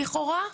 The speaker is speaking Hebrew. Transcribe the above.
לכאורה,